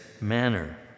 manner